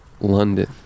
london